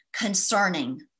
concerning